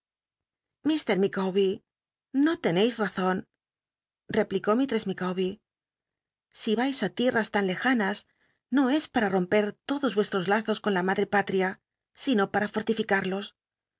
icawber no teneis razon replicó mistress micawbcr si vais á tierras tan lejanas no es para romper lodos m estros lazos con la madre patria sino para